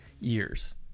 years